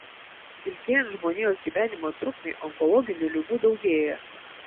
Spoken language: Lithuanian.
ilgėjant žmonijos gyvenimo trukmei onkologinių ligų daugėja